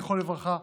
זיכרונו לברכה,